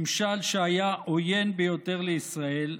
ממשל שהיה עוין ביותר לישראל,